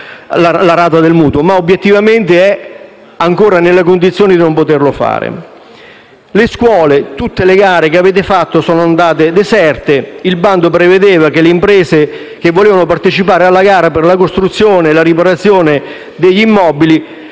la rata del mutuo, anche se obiettivamente non è ancora nelle condizioni di poterlo fare. Per quanto riguarda le scuole, tutte le gare che avete bandito sono andate deserte. Il bando prevedeva che le imprese che volevano partecipare alla gara per la costruzione e la riparazione degli immobili